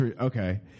Okay